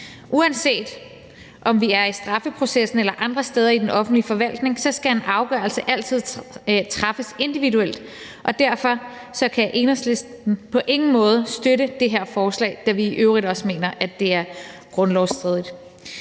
Uanset om vi er i straffeprocessen eller andre steder i den offentlige forvaltning, skal en afgørelse altid træffes individuelt, og derfor kan Enhedslisten på ingen måde støtte det her forslag, da vi i øvrigt også mener, at det er grundlovsstridigt.